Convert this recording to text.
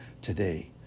today